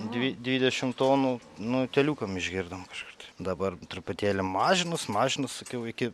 dvi dvidešim tonų nu teliukam išgirdom kažkur tai dabar truputėlį mažinos mažinos sakiau iki